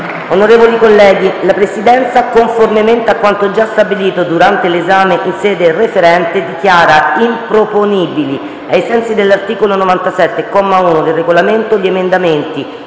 Onorevoli colleghi, la Presidenza, conformemente a quanto già stabilito durante l'esame in sede referente, dichiara improponibili, ai sensi dell'articolo 97, comma 1, del Regolamento, gli emendamenti